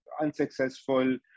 unsuccessful